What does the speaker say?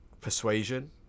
persuasion